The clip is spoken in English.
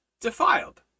defiled